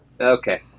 Okay